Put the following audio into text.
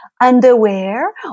underwear